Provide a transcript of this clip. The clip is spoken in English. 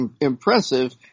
impressive